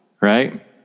right